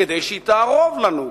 כדי שהיא תערוב לנו,